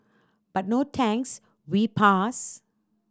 but no thanks we pass